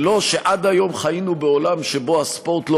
זה לא שעד היום חיינו בעולם שבו הספורט לא